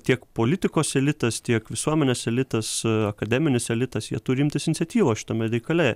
tiek politikos elitas tiek visuomenės elitas akademinis elitas jie turi imtis iniciatyvos šitame reikale